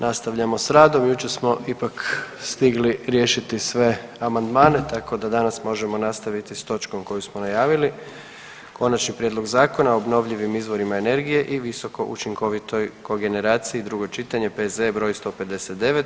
Nastavljamo s radom, jučer smo ipak stigli riješiti sve amandmane, tako da danas možemo nastaviti s točkom koju smo najavili: -Konačni prijedlog Zakona o obnovljivim izvorima energije i visokoučinkovitoj kogeneraciji, drugo čitanje, P.Z.E. br. 159.